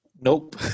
Nope